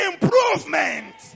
improvement